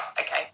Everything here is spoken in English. okay